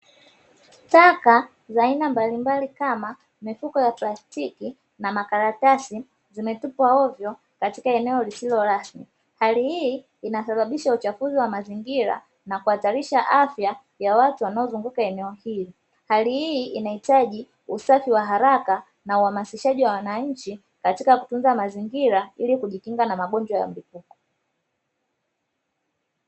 Taka za aina mbali mbali kama mifuko ya plastiki na makaratasi zimetupwa hovyo katika eneo lisilo rasmi, hali hii inasababisha uchafuzi wa mazingira na kuhatarisha afya ya watu wanaozunguka eneo hilo, hali hii inahitaji usafi wa haraka na uhamasishaji wa wananchi katika kutunza mazingira ili kujikinga na magonjwa ya mripuko.